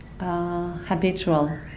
habitual